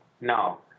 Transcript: No